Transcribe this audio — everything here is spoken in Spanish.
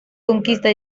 conquista